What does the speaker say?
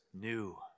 new